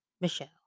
Michelle